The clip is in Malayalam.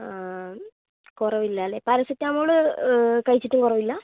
ആ കുറവില്ല അല്ലേ പാരസെറ്റാമോൾ കഴിച്ചിട്ടും കുറവില്ല